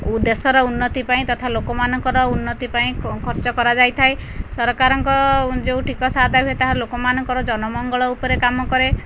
ଦେଶର ଉନ୍ନତି ପାଇଁ ତଥା ଲୋକମାନଙ୍କର ଉନ୍ନତି ପାଇଁ ଖର୍ଚ୍ଚ କରାଯାଇଥାଏ ସରକାରଙ୍କ ଯୋଉ ଟିକସ ଆଦାୟ ହୁଏ ତାହା ଲୋକମାନଙ୍କର ଜନମଙ୍ଗଳ ଉପରେ କାମ କରେ